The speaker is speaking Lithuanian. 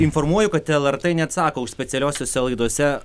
informuoju kad lrt neatsako už specialiosiose laidose